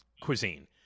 cuisine